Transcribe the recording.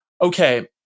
Okay